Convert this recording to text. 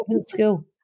school